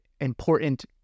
important